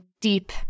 deep